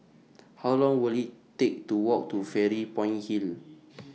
How Long Will IT Take to Walk to Fairy Point Hill